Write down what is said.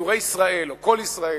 ישראל או "קול ישראל"